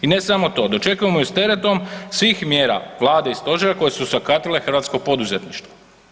I ne samo to, dočekujemo je s teretom svih mjera vlade i stožera koje su se sakatile hrvatsko poduzetništvo.